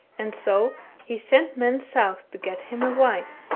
and so he sent men south to get him a wife.